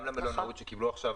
גם למלונאות שקיבלו עכשיו